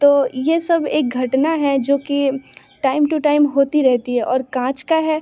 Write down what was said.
तो ये सब एक घटना है जो कि टाइम टु टाइम होती रहती है और काँच का है